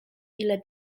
ile